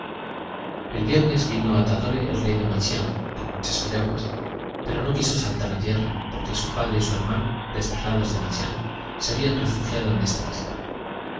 el viernes vino a tadore el rey de machián con muchas piraguas pero no quiso saltar a tierra porque su padre y su hermano desterrados de machián se habían refugiado en esta isla